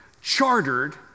chartered